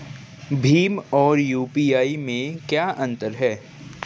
भीम और यू.पी.आई में क्या अंतर है?